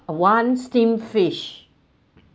uh one steamed fish